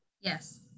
Yes